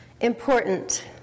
important